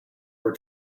were